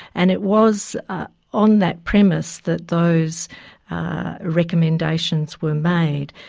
and it was on that premise that those recommendations were made.